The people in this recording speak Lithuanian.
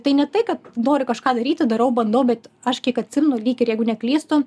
tai ne tai kad noriu kažką daryti darau bandau bet aš kiek atsimenu lyg ir jeigu neklystu